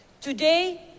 Today